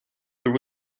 there